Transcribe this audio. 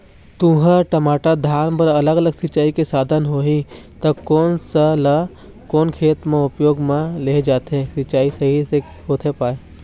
तुंहर, टमाटर, धान बर अलग अलग सिचाई के साधन होही ता कोन सा ला कोन खेती मा उपयोग मा लेहे जाथे, सिचाई सही से होथे पाए?